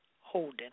Holden